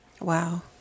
Wow